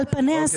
על פניה,